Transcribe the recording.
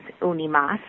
Unimas